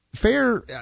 fair